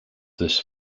this